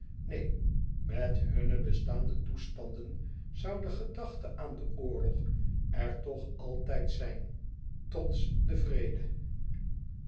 neen met hunne bestaande toestanden zoû de gedachte aan den oorlog er toch altijd zijn trots den vrede